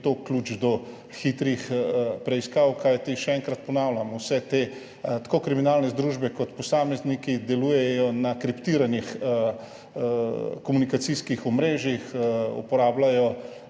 to ključ do hitrih preiskav. Kajti še enkrat ponavljam, tako vse te kriminalne združbe kot posamezniki delujejo na kriptiranih komunikacijskih omrežjih, uporabljajo